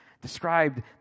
described